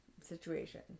situation